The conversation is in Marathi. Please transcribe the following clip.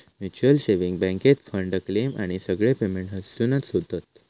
म्युच्युअल सेंविंग बॅन्केत फंड, क्लेम आणि सगळे पेमेंट हयसूनच होतत